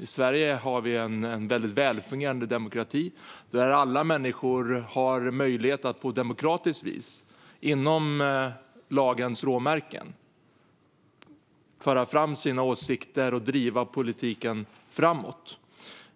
I Sverige har vi en välfungerande demokrati där alla människor har möjlighet att på demokratiskt vis, inom lagens råmärken, föra fram sina åsikter och driva politiken framåt.